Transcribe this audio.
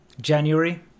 January